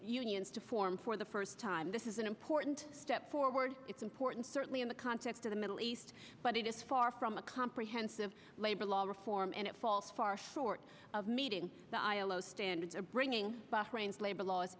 unions to form for the first time this is an important step forward it's important certainly in the concept of the middle east but it is far from a comprehensive labor law reform and it falls far short of meeting the ilo standards or bringing the rains labor laws